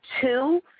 two